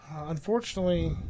Unfortunately